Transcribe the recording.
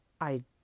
I